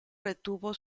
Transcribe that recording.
retuvo